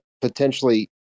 potentially